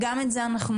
גם את זה נקדם.